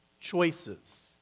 choices